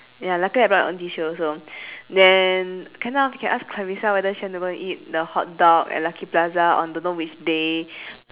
ya luckily I brought my own tissue also then can lah we can ask clarissa whether she want to go to eat the hotdog at lucky plaza on don't know which day